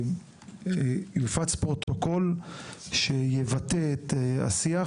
יופץ פרוטוקול שיבטא את השיח,